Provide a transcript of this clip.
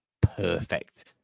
perfect